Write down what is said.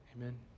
Amen